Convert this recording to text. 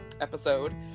episode